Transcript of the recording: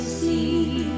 see